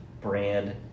brand